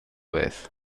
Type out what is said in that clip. vez